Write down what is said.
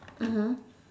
mmhmm